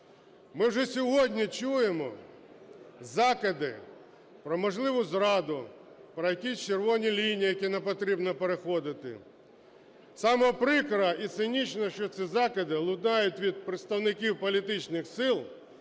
Ми вже сьогодні чуємо закиди про можливу зраду, про якісь червоні лінії, які не потрібно переходити. Саме прикро і цинічно, що ці закиди лунають від представників політичних сил,